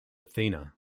athena